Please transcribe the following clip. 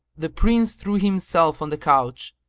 the prince threw himself on the couch,